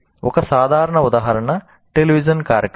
ఒక సాధారణ ఉదాహరణ టెలివిజన్ కార్యక్రమం